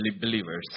believers